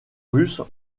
russes